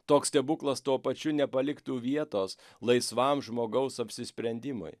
toks stebuklas tuo pačiu nepaliktų vietos laisvam žmogaus apsisprendimui